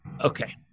okay